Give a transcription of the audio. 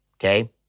okay